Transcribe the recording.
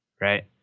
Right